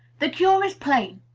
the cure is plain.